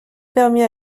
permit